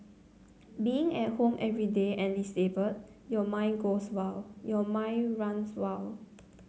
being at home every day and disabled your mind goes wild your mind runs wild